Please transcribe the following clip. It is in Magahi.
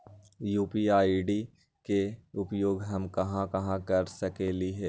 यू.पी.आई आई.डी के उपयोग हम कहां कहां कर सकली ह?